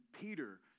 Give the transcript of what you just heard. Peter